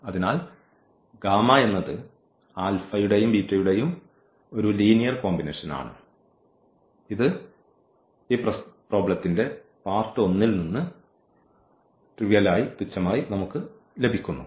അതിനാൽ എന്നത് എന്നിവയുടെ ഒരു ലീനിയർ കോമ്പിനേഷൻ ആണ് ഇത് ഈ പ്രശ്നത്തിന്റെ ഈ പാർട്ട് 1 ൽ നിന്ന് തുച്ഛമായി ലഭിക്കുന്നു